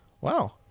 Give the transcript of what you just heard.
Wow